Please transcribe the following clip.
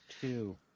two